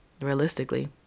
Realistically